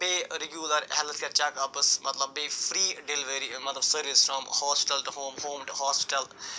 بیٚیہِ regular health care check ups مطلب بیٚیہِ فرٛی ڈیٚلؤری مطلب service from hostel to home home to hostel